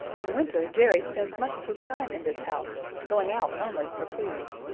in winter jerry spends much of his time in this house, going out only for food.